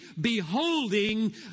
beholding